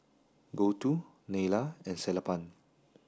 Gouthu Neila and Sellapan